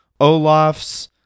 Olaf's